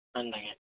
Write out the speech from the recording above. ଆନି ନାଏ କେଁ